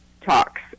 talks